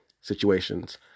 situations